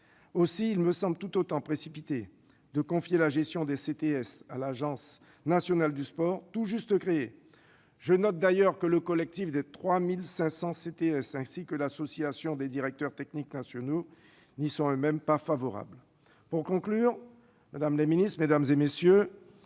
Aussi, il me semble tout autant précipité de confier la gestion des CTS à l'Agence nationale du sport, tout juste créée. Je note d'ailleurs que le collectif des 1 300 CTS comme l'association des directeurs techniques nationaux n'y sont eux-mêmes pas favorables. Madame la ministre,